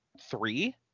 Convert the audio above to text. three